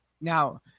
now